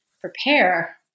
prepare